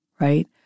right